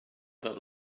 that